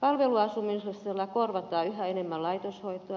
palveluasumisella korvataan yhä enemmän laitoshoitoa